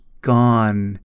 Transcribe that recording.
gone